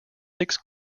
six